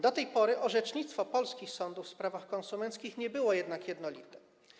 Do tej pory orzecznictwo polskich sądów w sprawach konsumenckich nie było jednak jednolite.